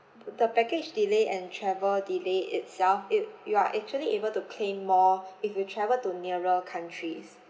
the baggage delay and travel delay itself if you are actually able to claim more if you travel to nearer countries